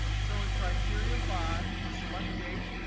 so in criteria five we'll select date,